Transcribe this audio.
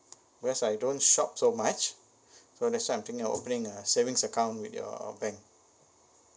because I don't shop so much so that's why I'm thinking of opening a savings account with your bank